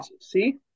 See